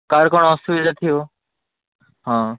କାହାର କ'ଣ ଅସୁବିଧା ଥିବ ହଁ